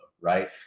right